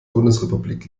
bundesrepublik